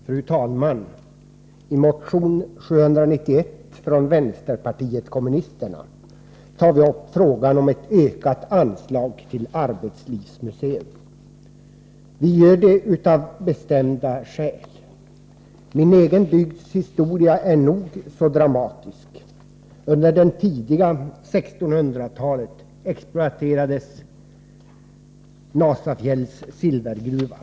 Fru talman! I motion 791 från vänsterpartiet kommunisterna tar vi upp frågan om ett ökat anslag till arbetslivsmuseer. Vi gör det av bestämda skäl. Min egen bygds historia är nog så dramatisk. Under det tidiga 1600-talet exploaterades Nasafjälls silvergruva.